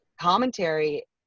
commentary